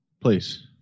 please